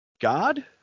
God